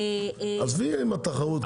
עזבי תחרות.